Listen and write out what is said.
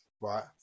Right